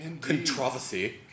Controversy